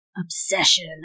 obsession